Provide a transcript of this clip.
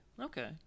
Okay